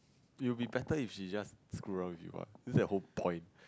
it will be better if she just screw up with you ah this is the whole point